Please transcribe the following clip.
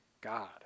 God